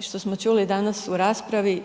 što smo čuli danas u raspravi